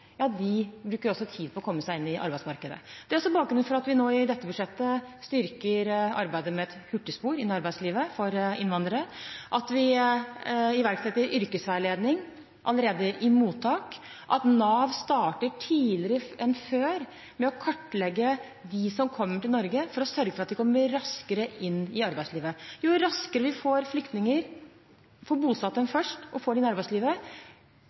bruker de også tid på å komme seg inn i arbeidsmarkedet. Det er også bakgrunnen for at vi nå i dette budsjettet styrker arbeidet med et hurtigspor inn i arbeidslivet for innvandrere, at vi iverksetter yrkesveiledning allerede i mottak, at Nav starter tidligere enn før med å kartlegge dem som kommer til Norge, for å sørge for at de kommer raskere inn i arbeidslivet. Jo raskere vi får bosatt flyktningene og får dem inn i arbeidslivet,